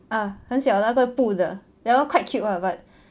ah 很小那个布的 that [one] quite cute ah but